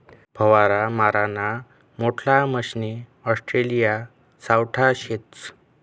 फवारा माराना मोठल्ला मशने ऑस्ट्रेलियामा सावठा शेतस